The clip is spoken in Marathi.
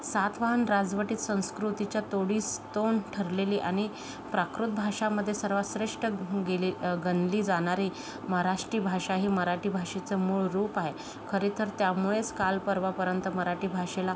सातवाहन राजवटीत संस्कृतीच्या तोडीस तोड ठरलेले आणि प्राकृत भाषामध्ये सर्वात श्रेष्ठ घुं गेले गणली जाणारे महाराष्ट्री भाषा ही मराठी भाषेचं मूळ रूप आहे खरे तर त्यामुळेच कालपरवापर्यंत मराठी भाषेला